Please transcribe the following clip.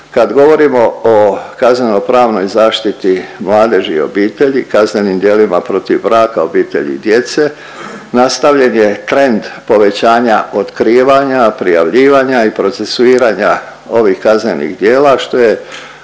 Kad govorimo o kaznenopravnoj zaštiti mladeži i obitelji, kaznenim djelima protiv braka, obitelji i djece, nastavljen je trend povećanja otkrivanja, prijavljivanja i procesuiranja ovih kaznenih djela, što je